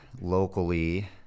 locally